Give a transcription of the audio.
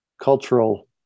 cultural